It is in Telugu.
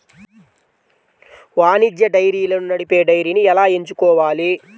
వాణిజ్య డైరీలను నడిపే డైరీని ఎలా ఎంచుకోవాలి?